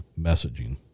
messaging